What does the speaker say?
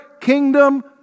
kingdom